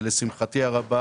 שלשמחתי הרבה